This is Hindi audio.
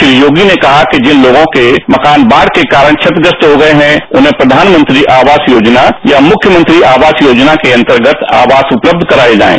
श्री योगी ने कहा कि जिन लोगों के मकान बाढ़ के कारण क्षतिग्रस्त हो गए हैं उन्हें प्रधानमंत्री आवास योजना या मुख्यमंत्री आवास योजना के अंतर्गत आवास उपलब्ध कराए जाएं